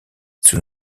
sous